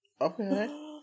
Okay